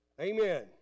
Amen